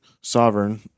sovereign